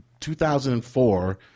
2004